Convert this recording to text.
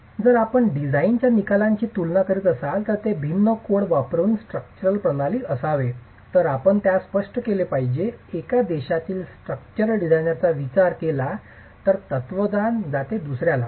तर जर आपण डिझाइनच्या निकालांची तुलना करीत असाल जे भिन्न कोड वापरुन स्ट्रक्चरल प्रणाली असावे तर आपण त्यास स्पष्ट केले पाहिजे एक देशातील स्ट्रक्चरल डिझाइनचा विचार केला तर तत्वज्ञान स्वीकारले जाते दुसर्याला